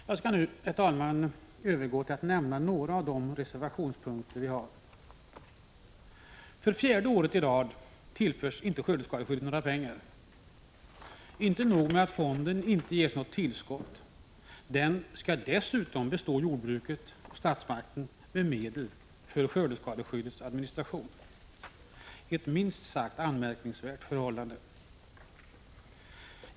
Jag skall nu, herr talman, övergå till att nämna några av de punkter där vi har reserverat oss. För fjärde året i rad tillförs inte skördeskadeskyddet några pengar. Inte nog med att fonden inte ges något tillskott, den skall dessutom bestå jordbruket och statsmakten med medel för skördeskadeskyddets administration, ett minst sagt anmärkningsvärt förhållande.